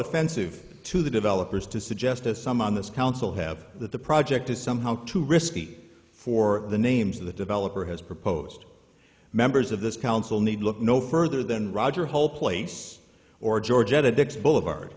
offensive to the developers to suggest as some on this council have that the project is somehow too risky for the names of the developer has proposed members of this council need look no further than roger hole place or georgette addict's boulevard